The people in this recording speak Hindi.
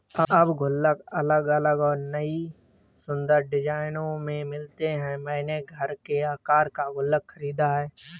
अब गुल्लक अलग अलग और नयी सुन्दर डिज़ाइनों में मिलते हैं मैंने घर के आकर का गुल्लक खरीदा है